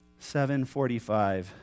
745